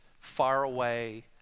faraway